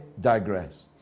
digress